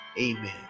amen